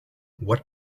what